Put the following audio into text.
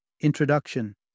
Introduction